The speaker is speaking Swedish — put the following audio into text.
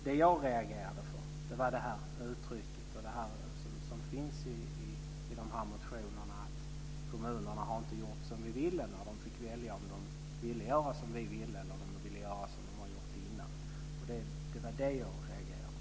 Det jag reagerade mot var det uttryck som finns i de här motionerna om att kommunerna inte har gjort som vi ville när de fick välja om de ville göra som vi ville eller om de ville göra som de har gjort innan. Det var det jag reagerade mot.